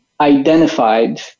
identified